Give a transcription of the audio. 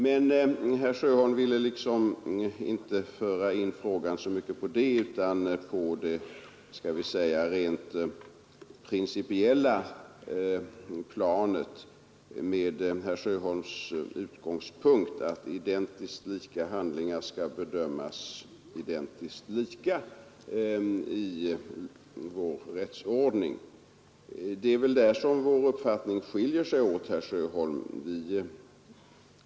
Herr Sjöholm ville emellertid inte föra in frågan så mycket på den sidan av saken utan höll sig mera på det rent principiella planet, och utgångspunkten var att identiskt lika handlingar skall dömas identiskt lika i vår rättsordning. Ja, det är väl där som våra uppfattningar skiljer sig åt, herr Sjöholm.